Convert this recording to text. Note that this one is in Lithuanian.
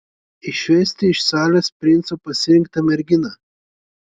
išvesti iš salės princo pasirinktą merginą